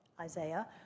Isaiah